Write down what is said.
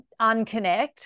unconnect